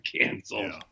canceled